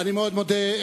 אני מאוד מודה.